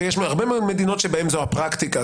ויש הרבה מאוד מדינות שבהן זו הפרקטיקה,